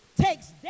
takes